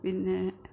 പിന്നെ